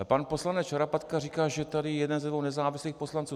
Pan poslanec Šarapatka říká, že tady je jeden ze dvou nezávislých poslanců.